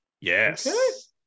Yes